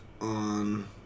on